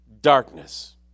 darkness